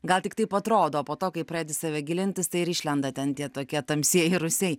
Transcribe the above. gal tik taip atrodo o po to kai pradedi į save gilintis tai ir išlenda ten tie tokie tamsieji rūsiai